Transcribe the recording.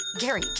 gary